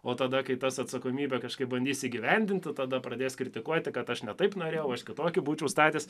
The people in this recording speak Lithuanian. o tada kai tas atsakomybę kažkaip bandys įgyvendinti tada pradės kritikuoti kad aš ne taip norėjau aš kitokį būčiau statęs